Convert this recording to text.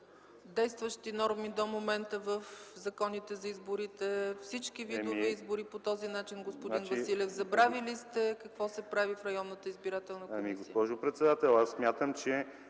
Действащи норми до момента в законите за изборите, всички видове избори са по този начин, господин Василев. Забравили сте какво се прави в районната избирателна комисия.